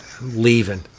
Leaving